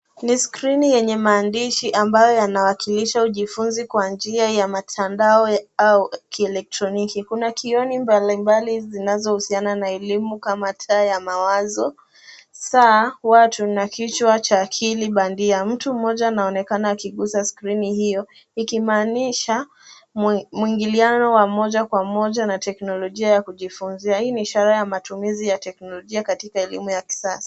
Ni skrini yenye maandishi ambayo yanawakilisha ujifunzi kwa njia ya mtandao au kielektroniki. Kuna kioni mbalimbali zinazohusiana na elimu kama taa ya mawazo, saa, watu na kichwa cha akili bandia. Mtu mmoja anaonekana akiguza skrini hiyo ikimaanisha mwingiliano wa moja kwa moja wa teknolojia ya kujifunzia. Hii ni ishara ya matumizi ya teknolojia katika elimu ya kisasa.